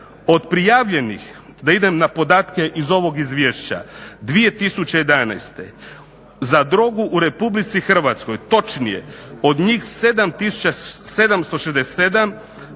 Od prijavljenih da idem na podatke iz ovog Izvješća 2011. za drogu u Republici Hrvatskoj, točnije od njih 7767